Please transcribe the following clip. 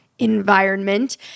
environment